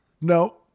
No